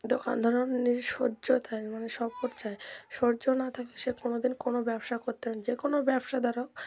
দোকান ধরুন নিজের সহ্য মানে সাপোর্ট চাই সহ্য না থাকে সে কোনো দিন কোনো ব্যবসা করতে যে কোনো ব্যবসাদার